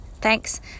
Thanks